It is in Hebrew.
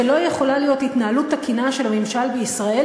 ולא יכולה להיות התנהלות תקינה של הממשל בישראל,